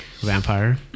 vampire